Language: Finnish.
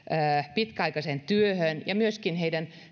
pitkäaikaiseen työhön ja myöskin